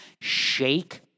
Shake